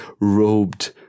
robed